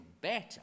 better